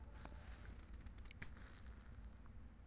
को तरह के लोन होवे हय, हमरा बताबो?